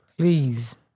Please